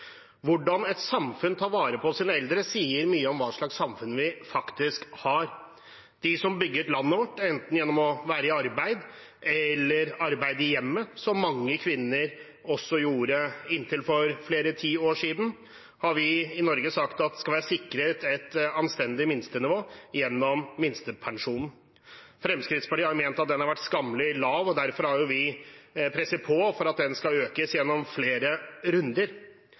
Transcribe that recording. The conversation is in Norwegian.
Hvordan et samfunn tar vare på sine eldre, sier mye om hva slags samfunn vi faktisk har. De som bygget landet vårt, enten gjennom å være ute i arbeid eller ved å arbeide i hjemmet, som mange kvinner gjorde for inntil flere tiår siden, har vi i Norge sagt skal være sikret et anstendig minstenivå gjennom minstepensjonen. Fremskrittspartiet har ment at den har vært skammelig lav, og derfor har vi presset på for at den skal økes, gjennom flere runder.